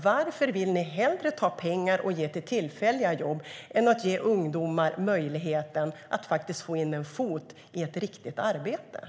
Varför vill ni hellre ge pengar till tillfälliga jobb än att ge ungdomar möjlighet att få in en fot på ett riktigt arbete?